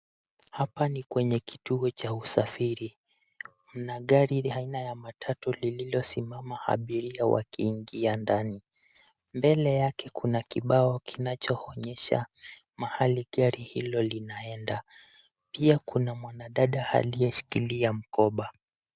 Hapa ni kwenye kituo cha usafiri. Kuna gari la aina ya matatu lililosimama abiria wakiingia ndani. Mbele yake kuna kibao kinachoonyesha mahali gari hilo linaenda. Pia kuna mwanadada aliyeshikilia mkoba.